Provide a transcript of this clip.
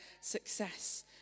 success